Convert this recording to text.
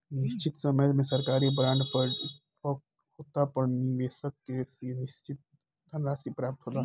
निशचित समय में सरकारी बॉन्ड परिपक्व होला पर निबेसक के निसचित धनराशि प्राप्त होला